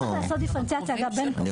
צריך לעשות דיפרנציאציה בין מטופלים --- אני